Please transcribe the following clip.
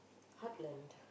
heartland